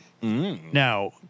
Now